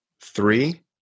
Three